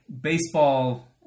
baseball